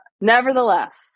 Nevertheless